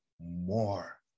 more